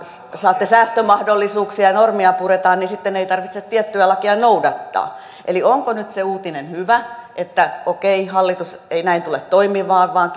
saatte säästömahdollisuuksia ja normeja puretaan niin sitten ei tarvitse tiettyjä lakeja noudattaa eli onko nyt se uutinen hyvä että okei hallitus ei näin tule toimimaan vaan